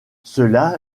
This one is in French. cela